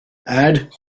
add